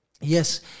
Yes